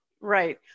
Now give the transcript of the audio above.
Right